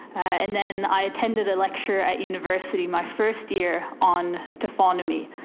and then i attended a lecture at university my first year on taphonomy,